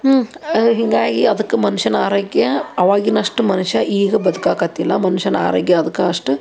ಹ್ಞೂ ಅದು ಹೀಗಾಗಿ ಅದಕ್ಕೆ ಮನ್ಷನ ಆರೋಗ್ಯ ಅವಾಗಿನಷ್ಟು ಮನುಷ್ಯ ಈಗ ಬದುಕಾಕ್ಕತ್ತಿಲ್ಲ ಮನುಷ್ಯನ ಆರೋಗ್ಯ ಅದ್ಕೆ ಅಷ್ಟೆ